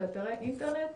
שאתרי אינטרנט